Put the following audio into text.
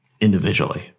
individually